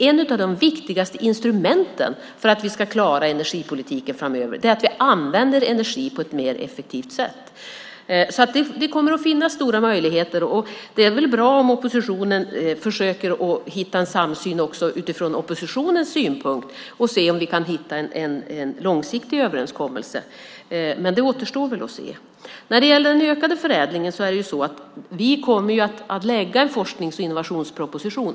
Ett av de viktigaste instrumenten för att vi ska klara energipolitiken framöver är att vi använder energi på ett mer effektivt sätt. Det kommer att finnas stora möjligheter. Det är bra om oppositionen försöker hitta en samsyn utifrån sin synpunkt så att vi kan hitta en långsiktig överenskommelse. Det återstår dock att se. När det gäller den ökade förädlingen kommer vi att lägga fram en forsknings och innovationsproposition.